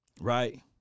Right